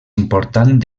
important